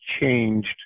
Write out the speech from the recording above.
changed